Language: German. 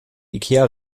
ikea